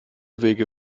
wege